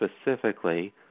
specifically